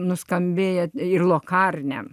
nuskambėję ir lokarne